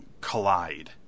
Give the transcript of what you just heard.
collide